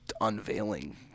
unveiling